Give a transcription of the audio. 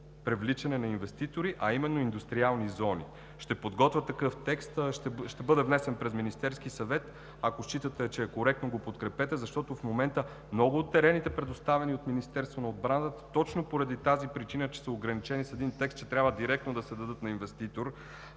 привличане на инвеститори, а именно индустриални зони. Ще подготвя такъв текст и ще бъде внесен през Министерския съвет. Ако считате, че е коректно, подкрепете го. Защото в момента много от терените, предоставени от Министерството на отбраната, точно поради причина, че са ограничени с един текст, че трябва директно да се дадат на инвеститор,